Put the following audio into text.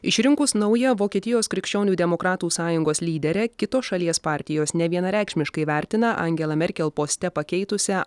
išrinkus naują vokietijos krikščionių demokratų sąjungos lyderę kitos šalies partijos nevienareikšmiškai vertina angelą merkel poste pakeitusią